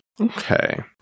Okay